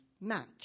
match